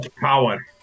power